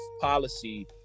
policy